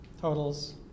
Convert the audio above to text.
Totals